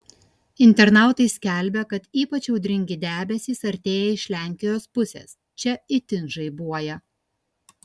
internautai skelbia kad ypač audringi debesys artėja iš lenkijos pusės čia itin žaibuoja